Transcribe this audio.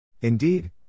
Indeed